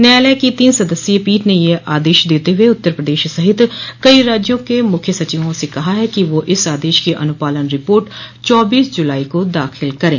न्यायालय की तीन सदस्यीय पीठ ने यह आदेश देते हुए उत्तर प्रदेश सहित कई राज्यों के मुख्य सचिवों से कहा है कि वह इस आदेश की अनुपालन रिपोर्ट चौबीस जुलाई को दाखिल करें